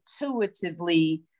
intuitively